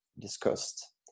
Discussed